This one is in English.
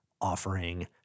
offering